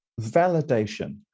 validation